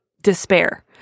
despair